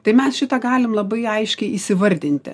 tai mes šitą galim labai aiškiai įsivardinti